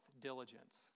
Diligence